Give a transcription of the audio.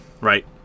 Right